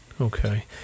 Okay